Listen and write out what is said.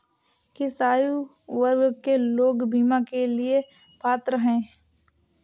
किस आयु वर्ग के लोग बीमा के लिए पात्र हैं?